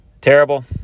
terrible